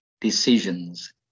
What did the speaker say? decisions